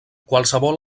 qualsevol